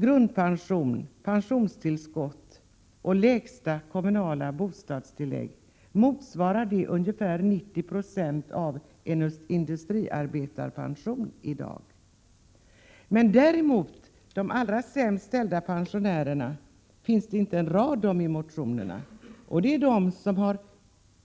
Grundpension, pensionstillskott och lägsta kommunala bostadstillägg motsvarar ungefär 90 96 av en industriarbetarpension i dag. De allra sämst ställda pensionärerna finns det däremot inte en rad om i motionerna. Det är de som har